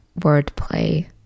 wordplay